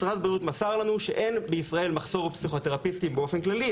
משרד הבריאות מסר לנו שאין בישראל מחסור בפסיכותרפיסטים באופן כללי,